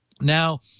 now